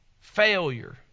failure